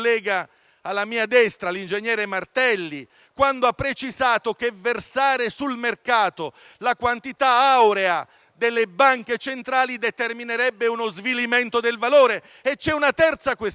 collega, senatore Martelli, quando ha precisato che versare sul mercato la quantità aurea delle banche centrali determinerebbe uno svilimento del valore. C'è poi una terza questione,